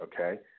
okay